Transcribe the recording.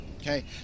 Okay